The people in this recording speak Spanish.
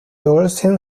olsen